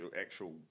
actual